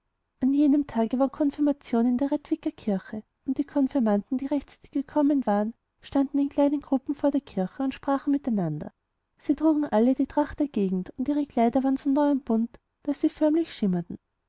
an jenem tage war konfirmation in der rättviker kirche und die konfirmanden dierechtzeitiggekommenwaren standeninkleinengruppen vor der kirche und sprachen miteinander sie trugen alle die tracht der gegend und ihre kleider waren so neu und bunt daß sie förmlich schimmerten